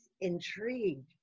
intrigued